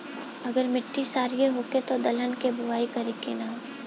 अगर मिट्टी क्षारीय होखे त दलहन के बुआई करी की न?